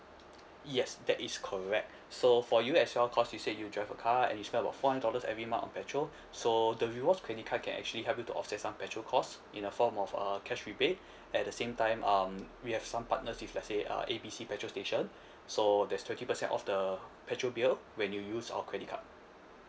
yes that is correct so for you as well cause you said you drive a car and you spend about four hundred dollars every month on petrol so the rewards credit card can actually help you to offset some petrol cost in a form of uh cash rebate at the same time um we have some partners if let's say uh A B C petrol station so that's twenty percent off the petrol bill when you use our credit card